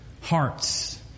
hearts